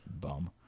Bum